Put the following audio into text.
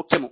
ముఖ్యము